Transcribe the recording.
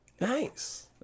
Nice